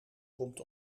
komt